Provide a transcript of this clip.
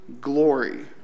glory